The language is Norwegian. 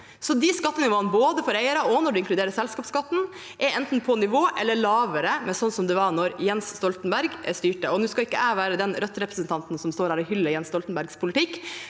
De skattenivåene, både for eiere og når en inkluderer selskapsskatten, er enten på nivå med eller lavere enn de var da Jens Stoltenberg styrte. Nå skal ikke jeg være den Rødt-representanten som står her og hyller Jens Stoltenbergs politikk,